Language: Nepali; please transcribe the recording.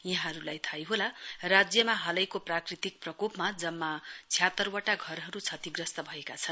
यहाँहरूलाई थाहै होला राज्यमा हालैको प्राकृतिक प्रकोपमा जम्मा छ वटा घरहरू क्षतिग्रस्त भएका छन्